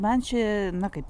man čia na kaip